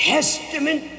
Testament